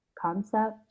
concept